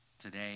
Today